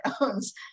owns